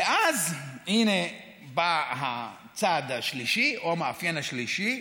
ואז, הינה בא הצד השלישי או המאפיין השלישי: